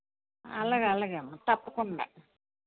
అలాగే అలాగేమ్మా తప్పకుండా